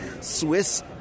Swiss